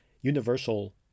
universal